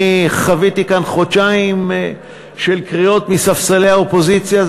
אני חוויתי כאן חודשיים של קריאות מספסלי האופוזיציה,